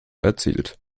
erzielt